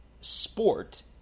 sport